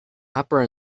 upper